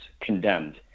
condemned